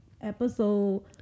Episode